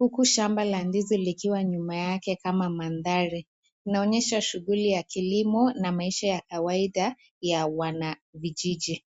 uku shamba la ndizi likiwa nyuma yake kama mandhari. Inaonyesha shughuli ya kilimo na maisha ya kawaida ya wana vijiji.